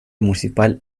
municipal